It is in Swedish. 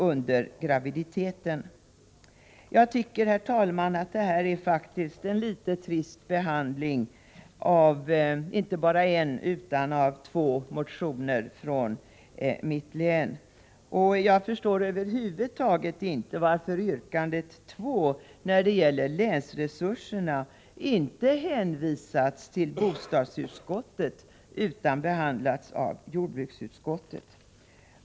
Jag tycker faktiskt, herr talman, att detta är en litet trist behandling av inte bara en utan två motioner från mitt län. Jag förstår över huvud taget inte varför yrkande 2, som gäller länsresurserna, inte hänvisats till bostadsutskottet utan behandlats av jordbruksutskottet.